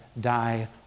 die